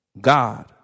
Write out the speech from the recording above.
God